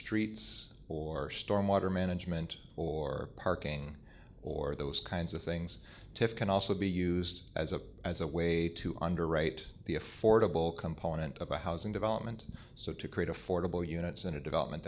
streets or storm water management or parking or those kinds of things to can also be used as a as a way to underwrite the affordable component of a housing development so to create affordable units in a development